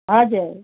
हजुर